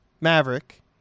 Maverick